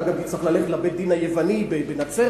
אתה גם תצטרך ללכת לבית-הדין היווני בנצרת,